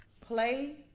Play